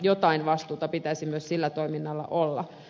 jotain vastuuta pitäisi myös sillä toiminnalla olla